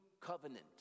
covenant